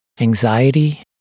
anxiety